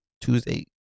Tuesday